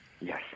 Yes